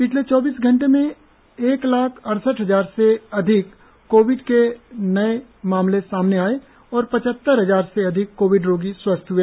पिछले चौबीस घंटे में एक लाख अइसठ हजार से अधिक कोविड के नये मामले सामने आयें और पचहत्तर हजार से अधिक कोविड रोगी स्वस्थ हए